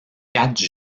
quatre